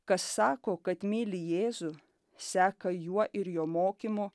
kas sako kad myli jėzų seka juo ir jo mokymu